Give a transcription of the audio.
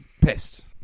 pissed